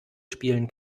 spielen